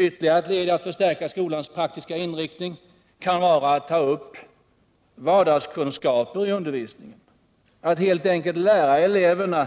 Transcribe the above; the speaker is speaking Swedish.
Ytterligare ett led i en förstärkning av skolans praktiska inriktning kan vara att ta upp vardagskunskaper i undervisningen, att helt enkelt lära eleverna